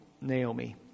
Naomi